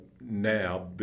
now